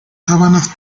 sabanas